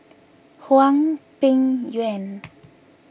Hwang Peng Yuan